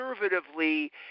conservatively